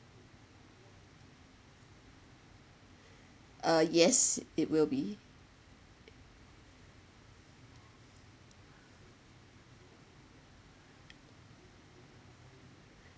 uh yes it will be